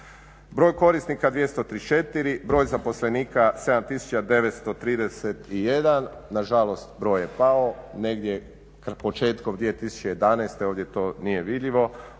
Broj korisnika 234, broj zaposlenika 7931. Nažalost, broj je pao negdje početkom 2011., ovdje to nije vidljivo,